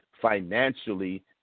financially